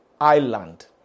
island